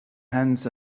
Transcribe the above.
hands